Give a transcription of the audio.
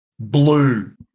Blue